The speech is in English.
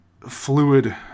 fluid